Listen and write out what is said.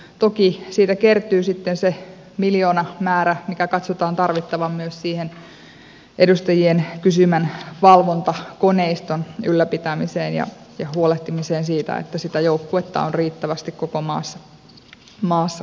toki siitä kertyy sitten se miljoonamäärä mikä katsotaan tarvittavan myös siihen edustajien kysymän valvontakoneiston ylläpitämiseen ja huolehtimiseen siitä että joukkuetta on riittävästi koko maassa kiertämässä